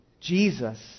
Jesus